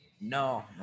no